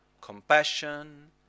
Compassion